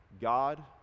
God